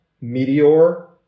meteor